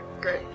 Great